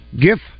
gift